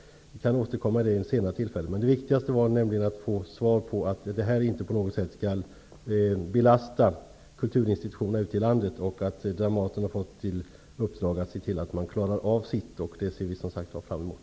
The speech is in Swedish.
Vi kan återkomma till detta vid ett senare tillfälle. Det viktigaste för mig var att få svar på att man inte på något sätt skall belasta kulturinstitutionerna ute i landet och att Dramaten har fått i uppdrag att klara sitt. Det ser vi fram emot.